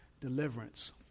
deliverance